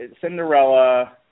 Cinderella